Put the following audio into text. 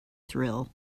thrill